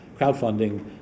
crowdfunding